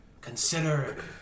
consider